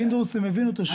פינדרוס, הם הבינו את השאלה.